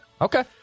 Okay